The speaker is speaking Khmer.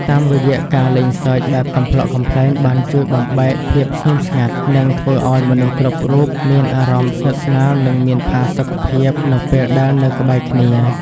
តាមរយៈការលេងសើចបែបកំប្លុកកំប្លែងបានជួយបំបែកភាពស្ងៀមស្ងាត់ និងធ្វើឱ្យមនុស្សគ្រប់រូបមានអារម្មណ៍ស្និទ្ធស្នាលនិងមានផាសុខភាពនៅពេលដែលនៅក្បែរគ្នា។